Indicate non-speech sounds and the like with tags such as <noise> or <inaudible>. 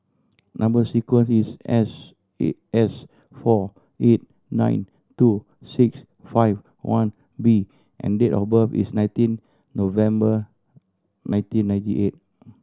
number sequence is S <unintelligible> S four eight nine two six five one B and date of birth is nineteen November nineteen ninety eight